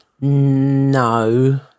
No